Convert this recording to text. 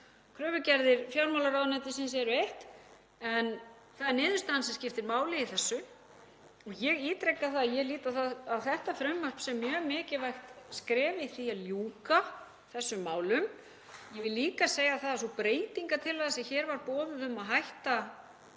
Kröfugerðir fjármálaráðuneytisins eru eitt en það er niðurstaðan sem skiptir máli í þessu. Ég ítreka það að ég lít á þetta frumvarp sem mjög mikilvægt skref í því að ljúka þessum málum. Ég vil líka segja að sú breytingartillaga sem hér var boðuð, um að hætta